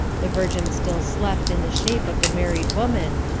the virgin still slept in the shape of the married woman,